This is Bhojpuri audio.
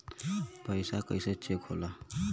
पैसा कइसे चेक होला?